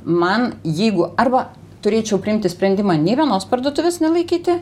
man jeigu arba turėčiau priimti sprendimą nei vienos parduotuvės nelaikyti